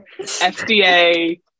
FDA